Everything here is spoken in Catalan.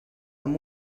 amb